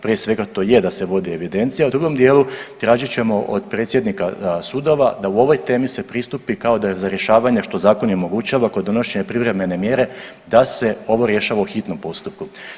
Prije svega to je da se vodi evidencija, a u drugom dijelu tražit ćemo od predsjednika sudova da u ovoj temi se pristupi kao da je za rješavanje što zakon i omogućava kod donošenja privremene mjere da se ovo rješava u hitnom postupku.